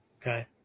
okay